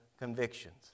convictions